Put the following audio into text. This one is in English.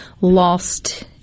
lost